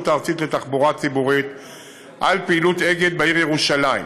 הארצית לתחבורה ציבורית על פעילות "אגד" בעיר ירושלים,